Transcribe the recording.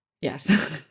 Yes